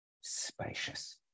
spacious